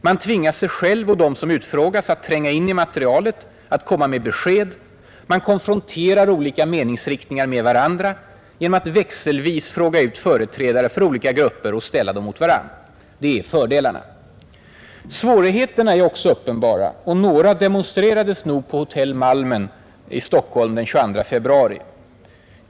Man tvingar sig själv och dem som utfrågas att tränga in i materialet och att komma med besked. Man konfronterar olika meningsriktningar med varandra genom att växelvis fråga ut företrädare för olika grupper och ställa dem mot varandra. Det är fördelarna. Svårigheterna är också uppenbara, och några demonstrerades nog på hotell Malmen i Stockholm den 22 februari.